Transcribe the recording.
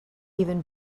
even